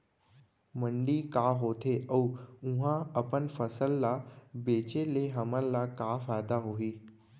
मंडी का होथे अऊ उहा अपन फसल ला बेचे ले हमन ला का फायदा होही?